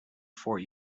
fort